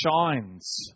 shines